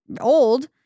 old